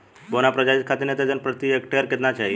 बौना प्रजाति खातिर नेत्रजन प्रति हेक्टेयर केतना चाही?